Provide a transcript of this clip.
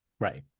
right